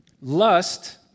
lust